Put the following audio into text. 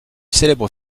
célèbres